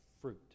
Fruit